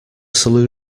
saloon